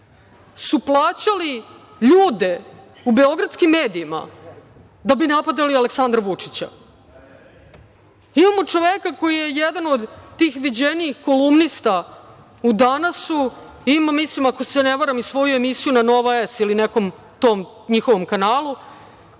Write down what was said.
su plaćali ljude u beogradskim medijima da bi napadali Aleksandra Vučića. Imamo čoveka koji je jedan od tih viđenijih kolumnista u „Danas“, ima svoju emisiju na Nova S ili nekom tom njihovom kanalu,